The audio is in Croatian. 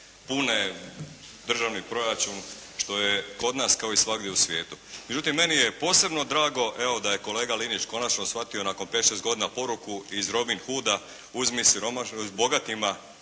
pune državni proračun što je kod nas kao i svagdje u svijetu. Međutim, meni je posebno drago evo da je kolega Linić konačno shvatio nakon pet, šest godina poruku iz Robin Huda “uzmi bogatima